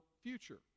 future